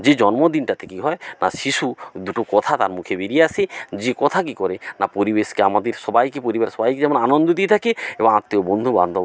যে জন্মদিনটাতে কী হয় না শিশু দুটো কথা তার মুখে বেরিয়ে আসে যে কথা কী করে না পরিবেশকে আমাদের সবাইকে পরিবারের সবাইকে যেমন আনন্দ দিয়ে থাকে এবং আত্মীয় বন্ধু বান্ধব